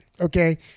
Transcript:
okay